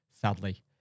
sadly